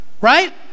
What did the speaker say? Right